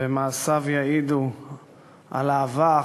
ומעשיו יעידו על אהבה,